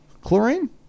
chlorine